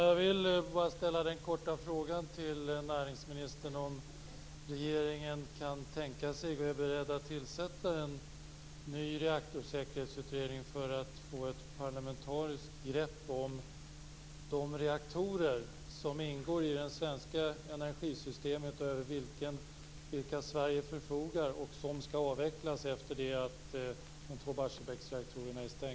Fru talman! Jag vill ställa en kort fråga till näringsministern. Kan regeringen tänka sig och är man beredd att tillsätta en ny reaktorsäkerhetsutredning för att få ett parlamentariskt grepp om de reaktorer som ingår i det svenska energisystemet, över vilka Sverige förfogar och vilka skall avvecklas efter det att de två